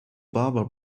barber